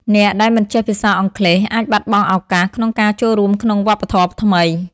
អ្នកដែលមិនចេះភាសាអង់គ្លេសអាចបាត់បង់ឱកាសក្នុងការចូលរួមក្នុងវប្បធម៌ថ្មី។